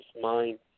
mind